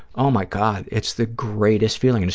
oh, my god, it's the greatest feeling. and